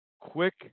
quick